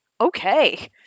okay